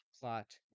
plot